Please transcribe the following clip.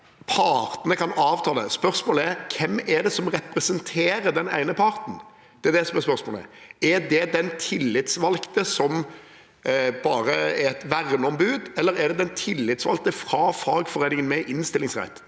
partene kan avtale. Spørsmålet er: Hvem er det som representerer den ene parten? Det er det som er spørsmålet. Er det den tillitsvalgte som bare er et verneombud, eller er det den tillitsvalgte fra fagforeningen med innstillingsrett?